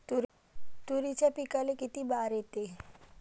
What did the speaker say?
तुरीच्या पिकाले किती बार येते?